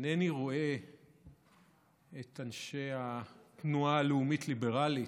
אינני רואה את אנשי התנועה הלאומית הליברלית,